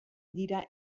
dira